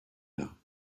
now